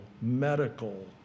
medical